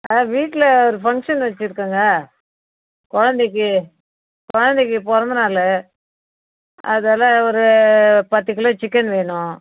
ஆ வீட்டில் ஒரு ஃபங்க்ஷன் வைச்சுருக்கேங்க குழந்தைக்கி குழந்தைக்கி பிறந்த நாள் அதால ஒரு பத்துக் கிலோ சிக்கன் வேணும்